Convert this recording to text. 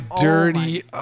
dirty